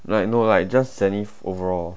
like no like just zenith overall